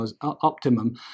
optimum